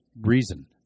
reason